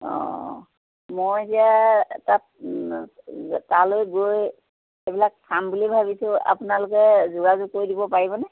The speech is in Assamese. অঁ মই এতিয়া তাত তালৈ গৈ সেইবিলাক চাম বুলি ভাবিছোঁ আপোনালোকে যোগাযোগ কৰি দিব পাৰিবনে